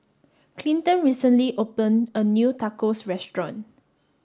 Cinton recently opened a new Tacos Restaurant